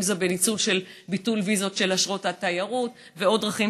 אם זה בניצול וביטול ויזות של אשרות התיירות ועוד דרכים,